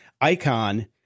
icon